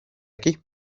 aquí